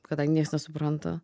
kadangi nieks nesupranta